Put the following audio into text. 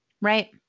right